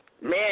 Man